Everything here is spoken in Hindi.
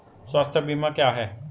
स्वास्थ्य बीमा क्या है?